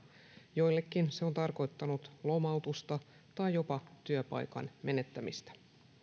joillekin se on tarkoittanut lomautusta tai jopa työpaikan menettämistä